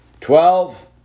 Twelve